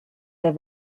der